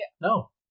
No